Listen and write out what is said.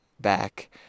back